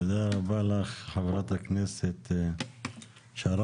תודה רבה לך חברת הכנסת שרון.